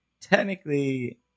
technically